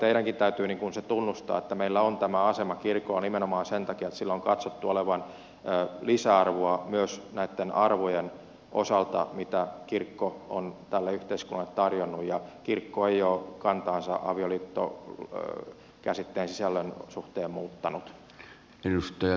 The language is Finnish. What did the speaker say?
kyllä teidänkin täytyy se tunnustaa että meillä on tämä asema kirkolla nimenomaan sen takia että sillä on katsottu olevan lisäarvoa myös näitten arvojen osalta mitä kirkko on tälle yhteiskunnalle tarjonnut ja kirkko ei ole kantaansa avioliittokäsitteen sisällön suhteen muuttanut